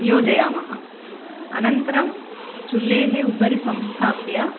योजयामः अनन्तरं चुल्लेः उपरि संस्थाप्य